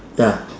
ya